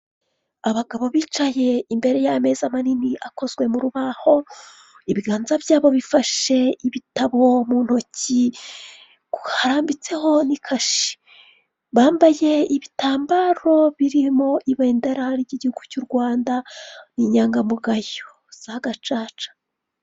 Abagabo bicaye imbere y'ameza manini akozwe mu rubaho, ibiganza byabo bifashe ibitabo mu ntoki harambitseho n'ikashe. Bambaye ibitambaro birimo ibendera ry'igihugu cy'u Rwanda, ni inyangamugayo za gacaca.